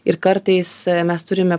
ir kartais mes turime